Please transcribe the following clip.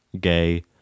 Gay